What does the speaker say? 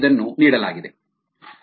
ಇದನ್ನು ನೀಡಲಾಗಿದೆ t2